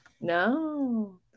No